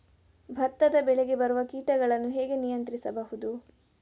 ಭತ್ತದ ಬೆಳೆಗೆ ಬರುವ ಕೀಟಗಳನ್ನು ಹೇಗೆ ನಿಯಂತ್ರಿಸಬಹುದು?